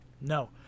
No